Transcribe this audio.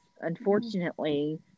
unfortunately